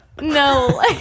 no